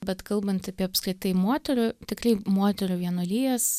bet kalbant apie apskritai moterų tikrai moterų vienuolijas